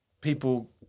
people